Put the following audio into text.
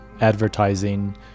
advertising